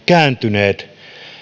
kääntynyt